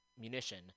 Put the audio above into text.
munition